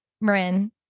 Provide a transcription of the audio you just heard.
Marin